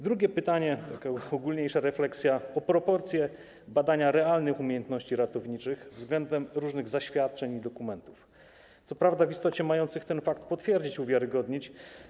Drugie pytanie, taka ogólniejsza refleksja, o proporcje badania realnych umiejętności ratowniczych względem różnych zaświadczeń i dokumentów w istocie mających, co prawda, ten fakt potwierdzić, uwiarygodnić: